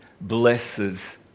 blesses